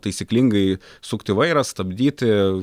taisyklingai sukti vairą stabdyti